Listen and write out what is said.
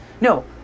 No